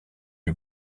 lui